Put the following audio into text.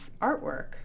artwork